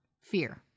fear